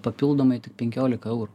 papildomai tik penkiolika eurų